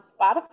Spotify